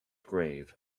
grave